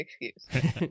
excuse